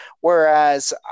Whereas